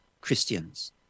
Christians